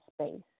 space